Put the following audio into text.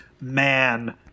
man